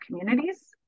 communities